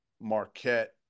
Marquette